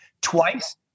Twice